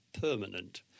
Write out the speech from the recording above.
permanent